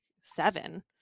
seven